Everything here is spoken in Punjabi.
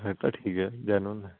ਫੇਰ ਤਾਂ ਠੀਕ ਐ ਜੈਨੂਅਨ ਐ